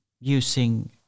using